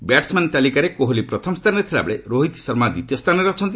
batsman ତାଲିକାରେ କୋହଲି ପ୍ରଥମ ସ୍ଥାନରେ ଥିଲାବେଳେ ରୋହିତ ଶର୍ମା ଦ୍ୱିତୀୟ ସ୍ଥାନରେ ଅଛନ୍ତି